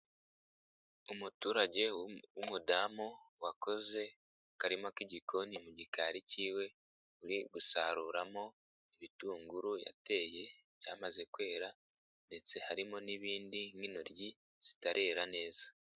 Umuturage w'umudamu wakoze akarima k'igikoni mu gikari kiwe uri gusaruramo ibitunguru yateye byamaze kwera ndetse harimo n'ibindi nk'intoryi zitarera neza.